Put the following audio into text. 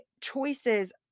choices